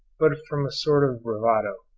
but from a sort of bravado.